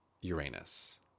Uranus